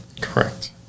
Correct